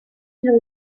her